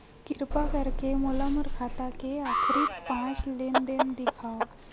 किरपा करके मोला मोर खाता के आखिरी पांच लेन देन देखाव